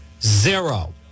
Zero